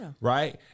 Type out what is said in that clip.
Right